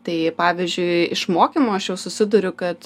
tai pavyzdžiui iš mokymo aš jau susiduriu kad